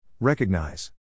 Recognize